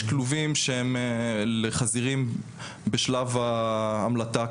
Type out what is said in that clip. יש כלובים שהם לחזירים בשלב ההמלטה,